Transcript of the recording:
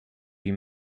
you